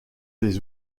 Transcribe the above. des